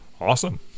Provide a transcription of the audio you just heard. Awesome